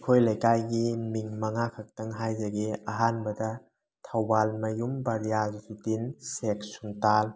ꯑꯩꯈꯣꯏ ꯂꯩꯀꯥꯏꯒꯤ ꯃꯤꯡ ꯃꯉꯥ ꯈꯛꯇꯪ ꯍꯥꯏꯖꯒꯦ ꯑꯍꯥꯟꯕꯗ ꯊꯧꯕꯥꯜꯃꯌꯨꯝ ꯕꯥꯂꯤꯌꯥꯖꯨꯗꯤꯟ ꯁꯦꯛ ꯁꯨꯜꯇꯥꯜ